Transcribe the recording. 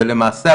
ולמעשה,